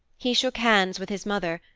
he shook hands with his mother,